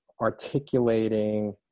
articulating